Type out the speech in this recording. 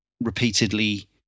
repeatedly